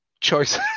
choice